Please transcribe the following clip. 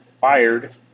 fired